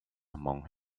among